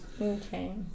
Okay